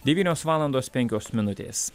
devynios valandos penkios minutės